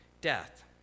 death